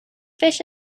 fish